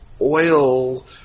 oil